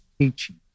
teaching